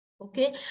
okay